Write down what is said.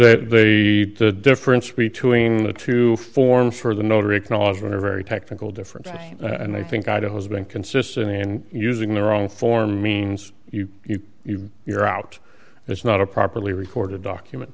we the difference between the two forms for the notary acknowledgement a very technical difference and i think idea has been consistent and using the wrong form means you you you you're out it's not a properly recorded document